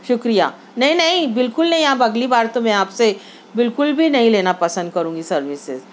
شکریہ نہیں نہیں بالکل نہیں آپ اگلی بار تو میں آپ سے بالکل بھی نہیں لینا پسند کروں گی سروسز